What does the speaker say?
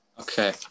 Okay